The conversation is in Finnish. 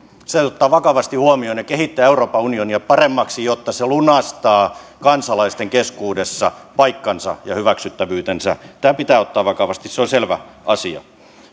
täytyy ottaa vakavasti huomioon ja kehittää euroopan unionia paremmaksi jotta se lunastaa kansalaisten keskuudessa paikkansa ja hyväksyttävyytensä tämä pitää ottaa vakavasti se on selvä asia